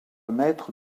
maître